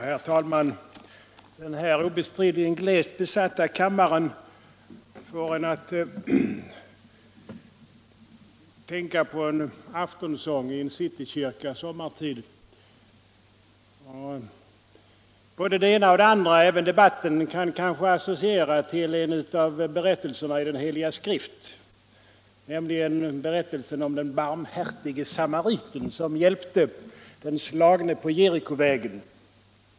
Herr talman! Den obestridligen glest besatta kammaren får en att tänka på en aftonsång i en citykyrka sommartid. Även debatten kan associera till en av berättelserna i den heliga skrift, nämligen berättelsen om den barmhärtige samariten, som hjälpte den slagne på Jerikovägen.